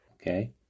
Okay